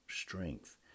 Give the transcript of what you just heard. strength